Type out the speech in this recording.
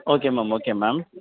okay ma'am okay ma'am